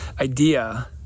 idea